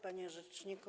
Panie Rzeczniku!